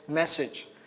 Message